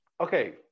okay